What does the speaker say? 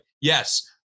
Yes